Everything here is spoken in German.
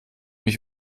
mich